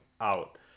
out